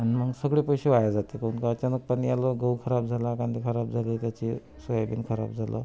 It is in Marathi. अन् मग सगळे पैसे वाया जाते काहून का अचानकपणे यातला गहू खराब झाला कांदे खराब झाले त्याचे सोयाबीन खराब झालं